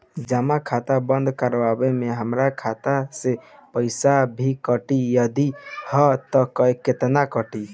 जमा खाता बंद करवावे मे हमरा खाता से पईसा भी कटी यदि हा त केतना कटी?